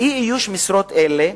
אי-איוש משרות אלה